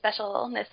specialness